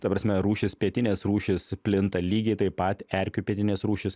ta prasme rūšys pietinės rūšys plinta lygiai taip pat erkių pietinės rūšys